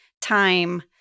time